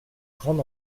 grande